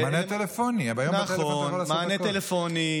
ומענה טלפוני.